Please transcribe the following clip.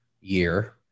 year